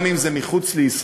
גם אם היא מחוץ לישראל,